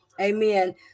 Amen